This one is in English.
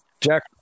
Jack